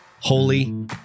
Holy